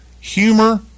humor